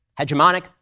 hegemonic